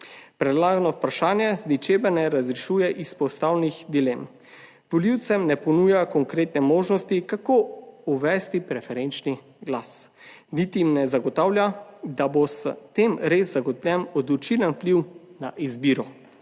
Predlagano vprašanje z ničemer ne razrešuje izpostavljenih dilem, volivcem ne ponuja konkretne možnosti, kako uvesti preferenčni glas, niti jim ne zagotavlja, da bo s tem res zagotovljen odločilen vpliv na izbiro,